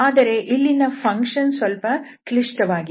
ಆದರೆ ಇಲ್ಲಿನ ಫಂಕ್ಷನ್ ಸ್ವಲ್ಪ ಕ್ಲಿಷ್ಟವಾಗಿದೆ